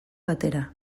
batera